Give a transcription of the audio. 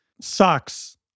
sucks